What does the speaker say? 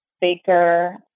Baker